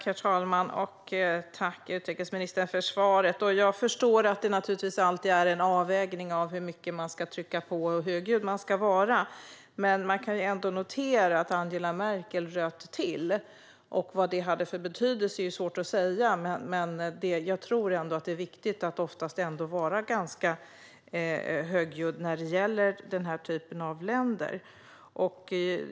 Herr talman! Tack, utrikesministern, för svaret! Jag förstår att det naturligtvis alltid är en avvägning av hur mycket man ska trycka på och hur högljudd man ska vara. Men man kan ändå notera att Angela Merkel röt till. Vad det hade för betydelse är svårt att säga, men jag tror ändå att det är viktigt att oftast vara ganska högljudd när det gäller sådana länder.